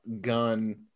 gun